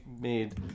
made